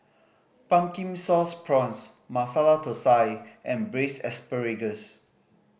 Pumpkin Sauce Prawns Masala Thosai and Braised Asparagus